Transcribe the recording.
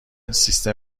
سیستم